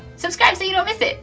subscribe so you don't miss it.